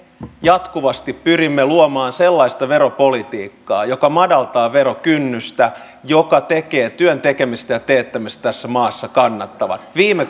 jatkuvasti pyrimme luomaan sellaista veropolitiikkaa joka madaltaa verokynnystä ja joka tekee työn tekemisestä ja teettämisestä tässä maassa kannattavaa viime